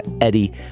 Eddie